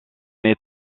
est